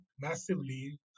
massively